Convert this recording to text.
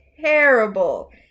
terrible